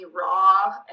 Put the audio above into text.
raw